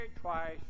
twice